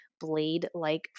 blade-like